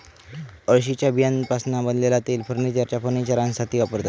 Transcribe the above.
अळशीच्या बियांपासना बनलेला तेल फर्नीचरच्या फर्निशिंगसाथी वापरतत